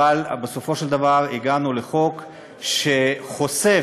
אבל בסופו של דבר הגענו לחוק שחושף